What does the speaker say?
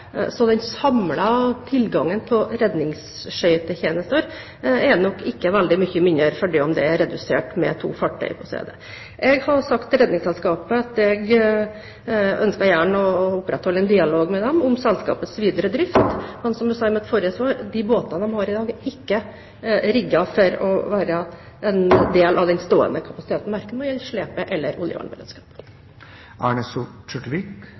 så den samlede tilgangen på redningsskøytetjenester er nok ikke veldig mye mindre, selv om den er redusert med to fartøyer. Jeg har sagt til Redningsselskapet at jeg gjerne ønsker å opprettholde en dialog med dem om selskapets videre drift, men som jeg sa i mitt forrige svar: De båtene de har i dag, er ikke rigget for å være en del av den stående kapasiteten, verken når det gjelder slepebåt- eller